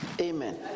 Amen